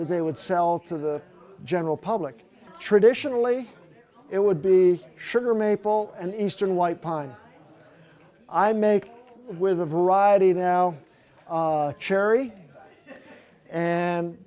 they would sell to the general public traditionally it would be sugar maple an eastern white pine i make with a variety now cherry and